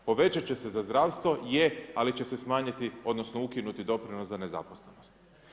Povećat će se za zdravstvo, je, ali će se smanjiti odnosno ukinuti doprinos za nezaposlenost.